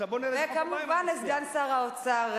וכמובן לסגן שר האוצר,